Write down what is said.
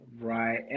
Right